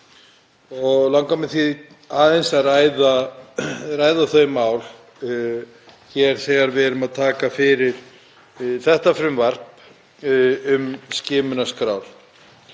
Mig langar því aðeins að ræða þau mál hér þegar við tökum fyrir þetta frumvarp um skimunarskrár.